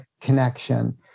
connection